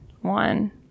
one